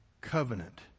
covenant